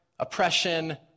Oppression